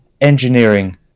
engineering